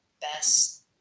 best